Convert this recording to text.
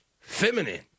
Feminine